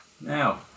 Now